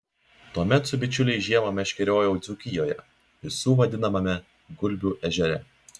tuomet su bičiuliais žiemą meškeriojau dzūkijoje visų vadinamame gulbių ežere